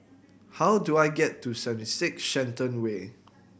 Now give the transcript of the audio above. how do I get to Seventy Six Shenton Way